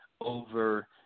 over –